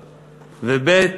ב.